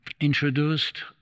introduced